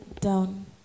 down